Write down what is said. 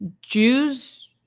Jews